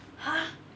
!huh!